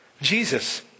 Jesus